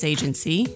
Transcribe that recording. Agency